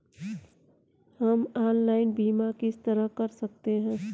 हम ऑनलाइन बीमा किस तरह कर सकते हैं?